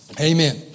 Amen